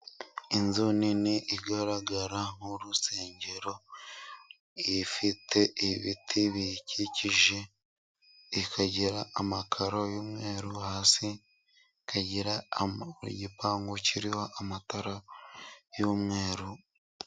Inzu nini igaragara mu rusengero, ifite ibiti biyikikije ikagira amakaro y'umweru, hasi ikagira igipangu kiriho amatara y'umweru.